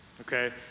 Okay